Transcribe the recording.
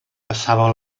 passava